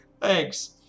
thanks